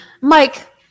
Mike